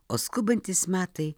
o skubantys metai